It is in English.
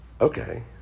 okay